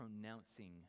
pronouncing